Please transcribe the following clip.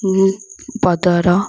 Badr